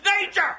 nature